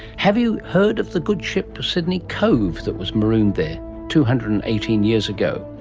have you heard of the good ship sydney cove that was marooned there two hundred and eighteen years ago?